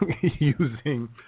using